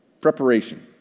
Preparation